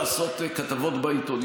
הולך לעשות כתבות בעיתונים.